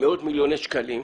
מאות מיליוני שקלים?